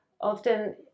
often